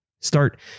Start